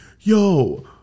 yo